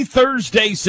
Thursday